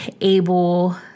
able